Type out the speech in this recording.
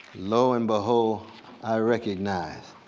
lo and behold i recognize.